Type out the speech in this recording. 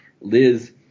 Liz